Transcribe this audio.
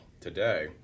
today